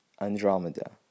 Andromeda